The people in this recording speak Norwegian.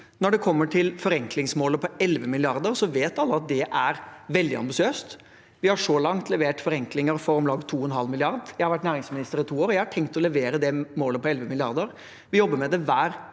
Når det gjelder forenklingsmålet på 11 mrd. kr, vet alle at det er veldig ambisiøst. Vi har så langt levert forenklinger for om lag 2,5 mrd. kr. Jeg har vært næringsminister i to år, og jeg har tenkt å levere det målet på 11 mrd. kr. Vi jobber med det hver